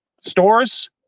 stores